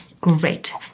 great